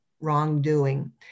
wrongdoing